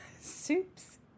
Soup's